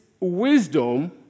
Wisdom